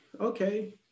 okay